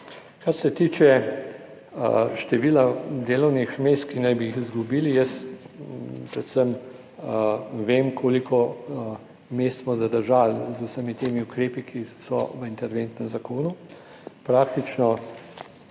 Kar se tiče števila delovnih mest, ki naj bi jih izgubili. Jaz predvsem vem, koliko mest smo zadržali z vsemi temi ukrepi, ki so v interventnem zakonu. Praktično